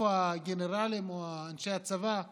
איפה הגנרלים או אנשי הצבא שביניכם?